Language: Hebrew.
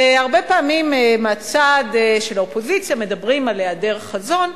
הרבה פעמים מהצד של האופוזיציה מדברים על היעדר חזון.